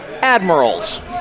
Admirals